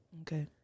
Okay